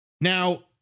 Now